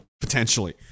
Potentially